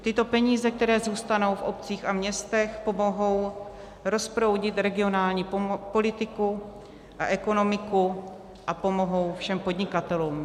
Tyto peníze, které zůstanou v obcích a městech, pomohou rozproudit regionální politiku a ekonomiku a pomohou všem podnikatelům.